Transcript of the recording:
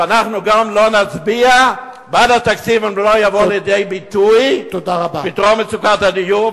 אנחנו גם לא נצביע בעד התקציב אם לא יבוא לידי ביטוי פתרון מצוקת הדיור,